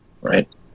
right